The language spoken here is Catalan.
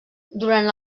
durant